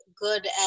good